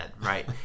right